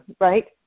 right